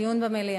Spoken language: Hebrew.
דיון במליאה.